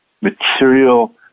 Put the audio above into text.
material